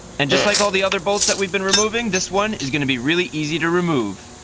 and just like all the other bolts that we've been removing, this one is going to be really easy to remove.